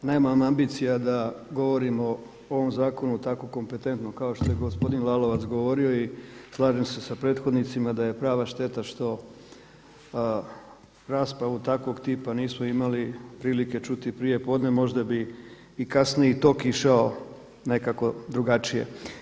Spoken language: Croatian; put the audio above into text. Ja nemam ambicija da govorim o ovom zakonu tako kompetentno kao što je gospodin Lalovac govorio i slažem se sa prethodnicima da je prava šteta što raspravu takvog tipa nismo imali prilike čuti prije podne, možda bi i kasniji tok išao nekako drugačije.